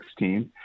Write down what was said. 2016